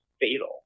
fatal